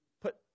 put